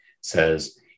says